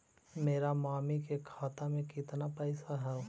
मेरा मामी के खाता में कितना पैसा हेउ?